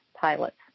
Pilots